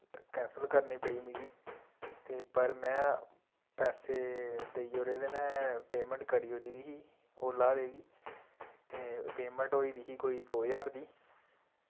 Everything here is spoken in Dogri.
कैंसल करने पेई मिकी ते पर मैं पैसे देई ओड़े दे नै पेमैंट करी ओड़ी दी ही ओला आह्ले गी ते पेमैंट होई दी ही कोई दो ज्हार दी